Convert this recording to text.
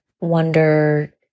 wonder